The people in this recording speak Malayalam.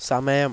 സമയം